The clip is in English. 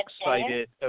excited